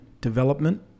development